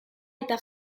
eta